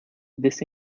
this